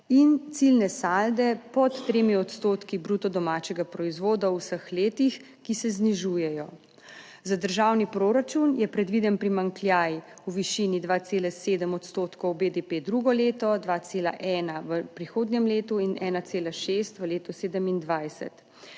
in ciljne salde pod 3 odstotki bruto domačega proizvoda v vseh letih, ki se znižujejo. Za državni proračun je predviden primanjkljaj v višini 2,7 odstotkov BDP drugo leto, 2,1 v prihodnjem letu in 1,6 v letu 2027.